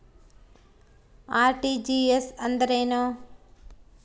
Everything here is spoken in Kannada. ಆರ್.ಟಿ.ಜಿ.ಎಸ್ ಎಂದರೇನು?